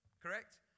correct